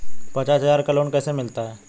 पचास हज़ार का लोन कैसे मिलता है?